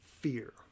fear